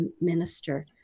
minister